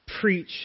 preach